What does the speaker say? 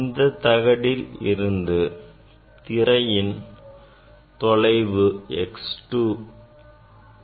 இந்த தகட்டில் இருந்து திரையின் தொலைவு x2 ஆகும்